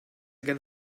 again